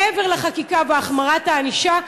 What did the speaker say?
מעבר לחקיקה והחמרת הענישה,